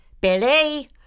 Billy